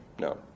No